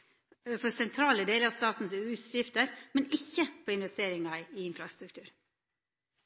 for sentrale delar av statens utgifter, men ikkje for investeringar i infrastruktur.